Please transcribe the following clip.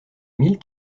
mille